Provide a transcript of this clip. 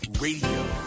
Radio